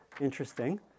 interesting